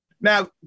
Now